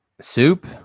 Soup